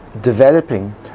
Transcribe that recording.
developing